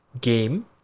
game